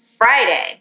Friday